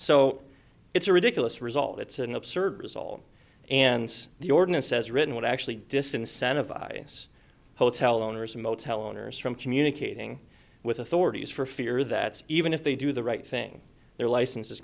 so it's a ridiculous result it's an absurd result and the ordinance as written would actually disincentive this hotel owners motel owners from communicating with authorities for fear that even if they do the right thing their license is